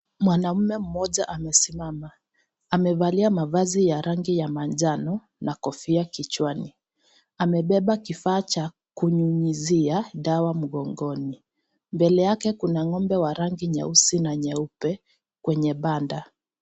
Mwanaume mmoja amesimama. Amevalia mavazi ya rangi ya manjano na kofia kichwani. Amebeba kifaa cha kunyunyuzia dawa, mgongoni. Mbele yake kuna ng'ombe wa rangi nyeusi na nyeupe kwenye banda.